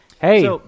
Hey